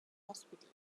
hospital